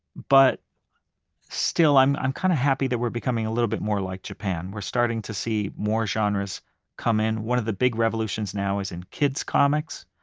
but still i'm i'm kind of happy that we're becoming a little bit more like japan. we're starting to see more genres come in. one of the big revolutions now is in kid's comics.